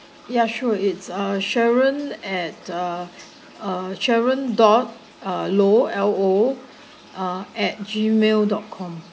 ya sure it's uh sharon at uh sharon dot uh lo L O uh at gmail dot com